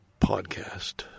podcast